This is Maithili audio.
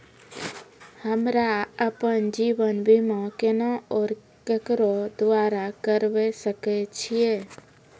हमरा आपन जीवन बीमा केना और केकरो द्वारा करबै सकै छिये?